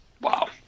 wow